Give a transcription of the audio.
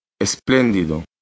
Espléndido